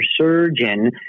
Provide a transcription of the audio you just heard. surgeon